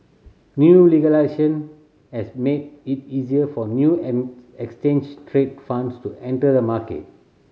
new has made it easier for new exchange traded funds to enter the market